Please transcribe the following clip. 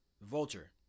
Vulture